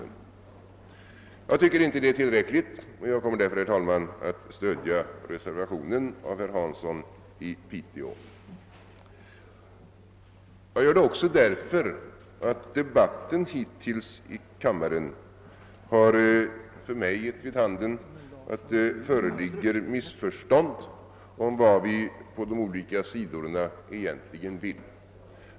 Jag tycker inte att det är tillräckligt och jag kommer därför, herr talman, att stödja reservationen av herr Hansson i Piteå. Jag gör det också därför att den hittillsvarande debatten i denna kammare givit vid handen att det föreligger missförstånd om vad man på olika håll vill.